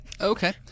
Okay